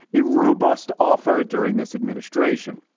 a robust offer during this administration.